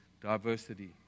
Diversity